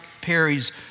Perry's